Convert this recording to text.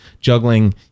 juggling